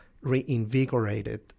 reinvigorated